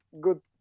good